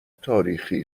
تاریخی